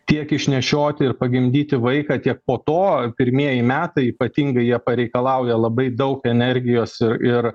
tiek išnešioti ir pagimdyti vaiką tiek po to pirmieji metai ypatingai jie pareikalauja labai daug energijos ir ir